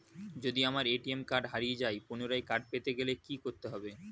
যদি আমার ATM card হারিয়ে যায় পুনরায় কার্ড পেতে গেলে কি করতে হবে?